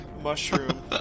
mushroom